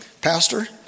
Pastor